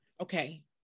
Okay